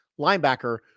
linebacker